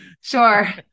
Sure